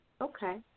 Okay